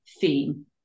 theme